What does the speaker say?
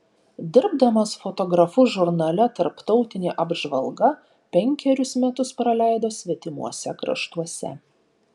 dirbdamas fotografu žurnale tarptautinė apžvalga penkerius metus praleido svetimuose kraštuose